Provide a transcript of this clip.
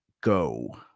Go